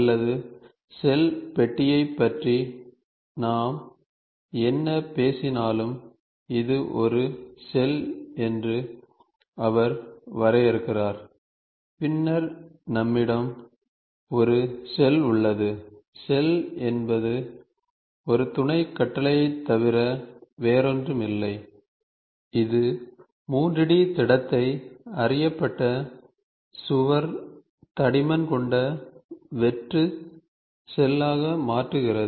அல்லது ஷெல் பெட்டியைப் பற்றி நாம் என்ன பேசினாலும் இது ஒரு ஷெல் என்று அவர் வரைகிறார் பின்னர் நம்மிடம் ஒரு ஷெல் உள்ளது ஷெல் என்பது ஒரு துணை கட்டளையைத் தவிர வேறொன்றுமில்லை இது 3 D திடத்தை அறியப்பட்ட சுவர் தடிமன் கொண்ட வெற்று ஷெல்லாக மாற்றுகிறது